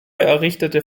errichtete